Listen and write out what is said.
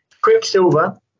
quicksilver